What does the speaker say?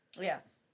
yes